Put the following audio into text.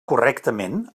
correctament